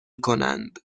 کنند